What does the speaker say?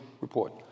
report